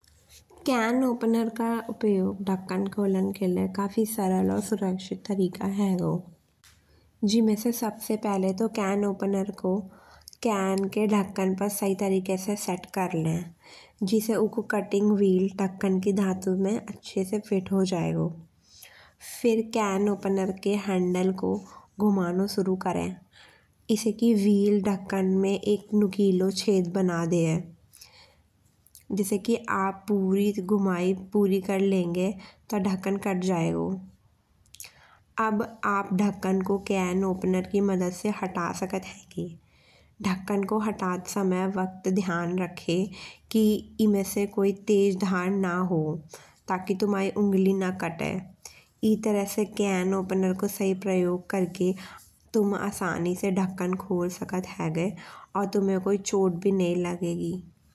Can opener का उपयोग ढक्कन खोलन के काफी सरल और सुरक्षित तरीका होगो। जिमे से सबसे पहिले तो कैन ओपनर को कैन के ढक्कन पे सही तरीके से सेट करले। जइसे उको कटिंग व्हील ढक्कन की धातु में अच्छी से फिट हो जइगो। फिर कैन ओपनर के हैंडल को घुमानो शुरू करे। इसे की व्हील ढक्कन में एक नुकीलो छेद बना देहे। जइसे की आप पूरी एक घुमाई पूरी कर लेंगे तो ढक्कन कट जइगो। अब आप ढक्कन को कैन ओपनर की मदद से हटा सकत हेन्गे। ढक्कन को हटत समय वक्त ध्यान राखेन की इमे से कोई तेज धार ना हो ताकि तुम्हाई उंगली ना कटे। ई तरह से कैन ओपनर को सही प्रयोग करके तुम आसानी से ढक्कन खोल सकत हेन्गे। और तुम्हे कोई चोट भी नहीं लगेगी।